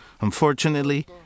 Unfortunately